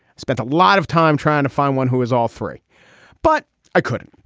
spent a lot of time trying to find one who is all three but i couldn't.